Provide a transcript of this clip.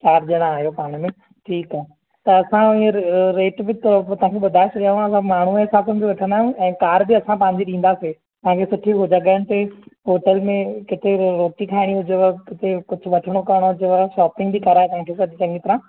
चारि ॼणा आहियो पाण में ठीकु आहे त असां हींअर रेट बि थोरो तव्हां खे ॿुधाए छॾियांव असां माण्हूंअ जे हिसाब सां बि वठंदा आहियूं ऐं कार बि असां पंहिंजी ॾींदासीं तव्हां खे सुठी हूअ जॻहनि ते होटल में किथे बि रोटी खाइणी हुजेव किथे कुझु वठिणो करिणो हुजेव शोपिंग बि कराए तव्हां खे सभु चङी तरहां